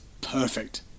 perfect